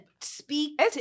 speak